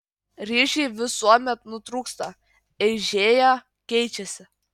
ryšiai visuomet nutrūksta eižėja keičiasi